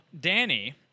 Danny